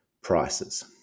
prices